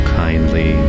kindly